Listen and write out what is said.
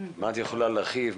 מה את יכולה להרחיב?